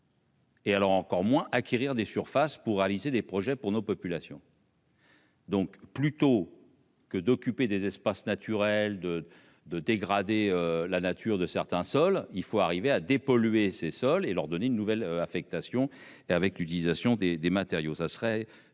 Et alors encore moins acquérir des surfaces pour réaliser des projets pour nos populations. Donc, plutôt que d'occuper des espaces naturels de de dégrader la nature de certains sols, il faut arriver à dépolluer ses sols et leur donner une nouvelle affectation et avec l'utilisation des des matériaux